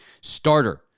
starter